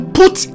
put